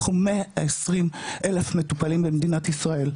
אנחנו 120 אלף מטופלים במדינת ישראל,